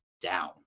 down